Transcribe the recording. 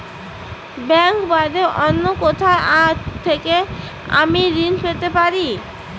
Bank বাদে অন্য কোথা থেকে আমি ঋন পেতে পারি?